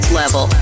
level